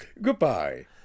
Goodbye